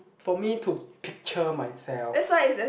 for me to picture myself